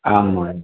आं महोदय